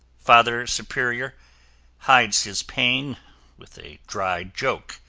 father superior hides his pain with a dry joke,